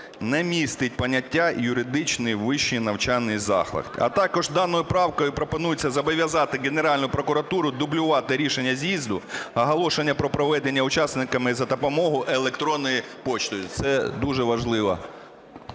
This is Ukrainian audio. не містить поняття "юридичний вищий навчальний заклад". А також даною правкою пропонується зобов'язати Генеральну прокуратуру дублювати рішення з'їзду оголошення про проведення учасниками за допомогою електронної пошти. Це дуже важливо.